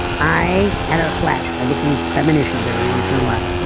i had a flash, i get these premonitions every once in a while,